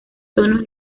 tonos